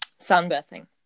Sunbathing